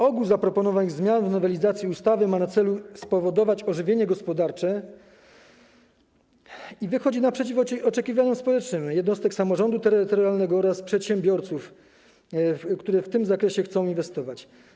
Ogół zaproponowanych zmian w nowelizacji ustawy ma na celu spowodować ożywienie gospodarcze i wychodzi naprzeciw oczekiwaniom społecznym jednostek samorządu terytorialnego oraz przedsiębiorców, którzy w tym zakresie chcą inwestować.